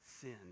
sin